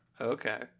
Okay